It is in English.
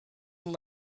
and